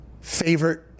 favorite